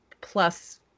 plus